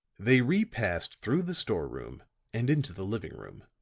they re-passed through the store room and into the living room.